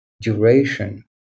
duration